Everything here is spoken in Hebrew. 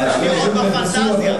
אני עוד בפנטזיה.